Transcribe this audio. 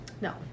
No